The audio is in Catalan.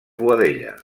boadella